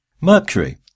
Mercury